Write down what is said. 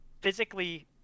physically